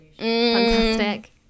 Fantastic